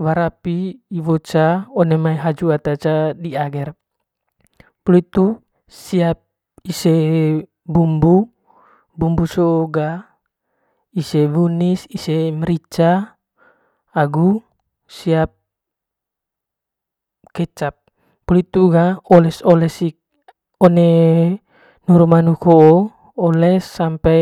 wara api wara api one mai haju ata ce dia puli itu siap ise bumbu bumbu soo ga ise wunis ise merica agu siap kecap puli hitu ga oles oles one nuru manuk hoo sampai.